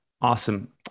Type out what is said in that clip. Awesome